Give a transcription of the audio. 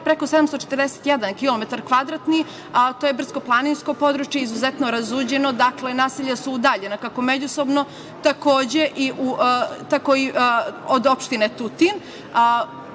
preko 741 km kvadratni, to je brdsko-planinsko područje, izuzetno razuđeno, dakle, naselja su udaljena, kako međusobno tako i od opštine Tutin,